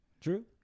True